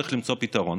וצריך למצוא פתרון.